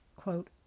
Quote